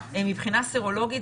מבחינה סרולוגית,